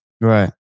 right